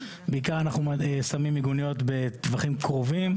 בעיקר אנחנו שמים מיגוניות בטווחים קרובים.